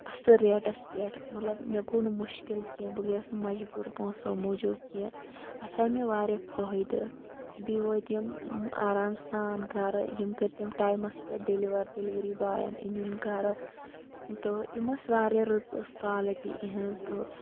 اَصٕل ریٹَس پٮ۪ٹھ مطلب مےٚ گوٚو نہٕ مُشکل کینٛہہ بہٕ گٔیَس نہٕ مجبوٗر پونٛسَو موٗجوٗب کینٛہہ اَتھ آے مےٚ واریاہ فٲیِدٕ بیٚیہِ وٲتۍ یِم آرام سان گَرٕ یِم کٔرۍ تٔمۍ ٹایمَس پٮ۪ٹھ ڈیٚلِوَر ڈیٚلؤری بایَن أنۍ یِم گَرٕ تہٕ یِم ٲسۍ واریاہ رٕژ ٲس کالٹی یِہٕںٛز تہٕ